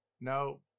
no